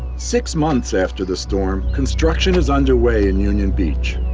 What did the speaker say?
six months after the storm, construction is under way in union beach.